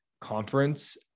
conference